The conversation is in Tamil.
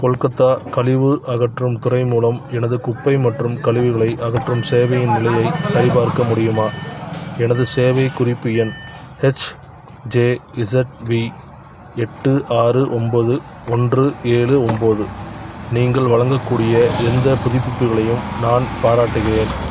கொல்கத்தா கழிவு அகற்றும் துறை மூலம் எனது குப்பை மற்றும் கழிவுகளை அகற்றும் சேவையின் நிலையைச் சரிபார்க்க முடியுமா எனது சேவை குறிப்பு எண் ஹச்ஜேஇஸெட்வி எட்டு ஆறு ஒன்போது ஒன்று ஏழு ஒன்போது நீங்கள் வழங்கக்கூடிய எந்த புதுப்பிப்புகளையும் நான் பாராட்டுகிறேன்